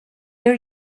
ear